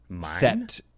set